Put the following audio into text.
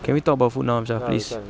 can we talk about food now amshar please